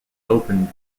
opened